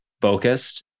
focused